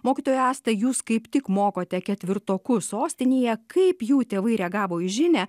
mokytoja asta jūs kaip tik mokote ketvirtokus sostinėje kaip jų tėvai reagavo į žinią